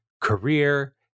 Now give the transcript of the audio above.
career